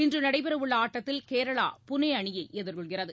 இன்று நடைபெறவுள்ள ஆட்டத்தில் கேரளா புனே அணியை எதிர்கொள்கிறது